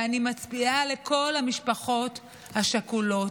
ואני מצדיעה לכל המשפחות השכולות.